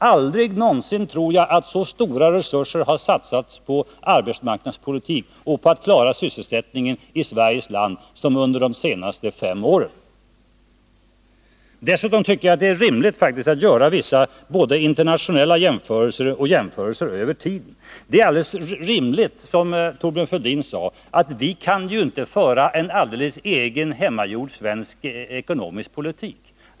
Jag tror inte att så stora resurser någonsin har satsats på arbetsmarknadspolitik och på åtgärder för att klara sysselsättningen i Sveriges land som under de senaste fem åren. Dessutom tycker jag faktiskt att det är rimligt att göra både vissa internationella jämförelser och jämförelser över tiden. Det är alldeles rimligt som Thorbjörn Fälldin sade, att vi inte kan föra en alldeles egen och hemmagjord svensk ekonomisk politik.